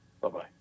Bye-bye